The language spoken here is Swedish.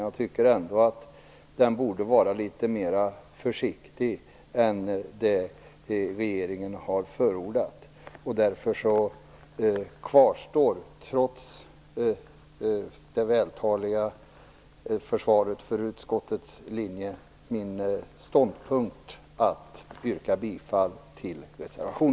Jag tycker ändå att den borde vara litet försiktigare än vad regeringen har förordat. Därför kvarstår min ståndpunkt, trots det vältaliga försvaret för utskottets linje. Jag yrkar alltså bifall till min reservation.